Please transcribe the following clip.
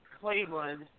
Cleveland –